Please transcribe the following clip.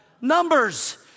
Numbers